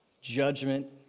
judgment